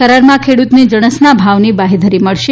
કરારમાં ખેડૂતને જણસના ભાવની બાંહેધરી મળશે